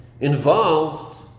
involved